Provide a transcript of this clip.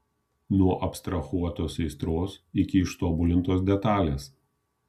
nuo abstrahuotos aistros iki ištobulintos detalės